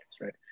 right